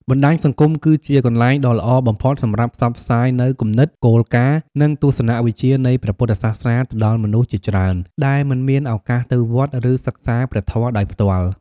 បណ្តាញសង្គមគឺជាកន្លែងដ៏ល្អបំផុតសម្រាប់ផ្សព្វផ្សាយនូវគំនិត គោលការណ៍ និងទស្សនវិជ្ជានៃព្រះពុទ្ធសាសនាទៅដល់មនុស្សជាច្រើនដែលមិនមានឱកាសទៅវត្ត ឬសិក្សាព្រះធម៌ដោយផ្ទាល់។